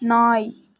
நாய்